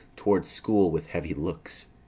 towards school with heavy looks.